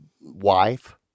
wife